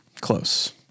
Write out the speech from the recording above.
Close